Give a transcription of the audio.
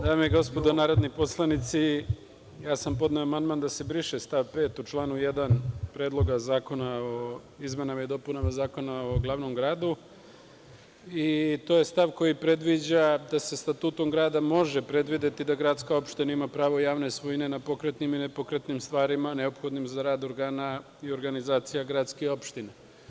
Dame i gospodo narodni poslanici, ja sam podneo amandman da se briše stav 5. u članu 1. Predloga zakona o izmenama i dopunama Zakona o glavnom gradu i to je stav koji predviđa da se statutom grada može predvideti da gradska opština ima pravo javne svojine nad pokretnim i nepokretnim stvarima, neophodnim za rad organa i organizacija gradske opštine.